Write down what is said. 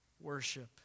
worship